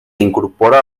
incorpora